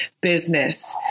business